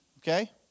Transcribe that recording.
okay